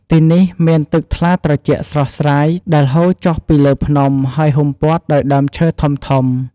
ទីនេះមានទឹកថ្លាត្រជាក់ស្រស់ស្រាយដែលហូរចុះពីលើភ្នំ ហើយហ៊ុំព័ទ្ធដោយដើមឈើធំៗ។